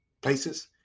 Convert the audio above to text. places